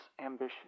ambition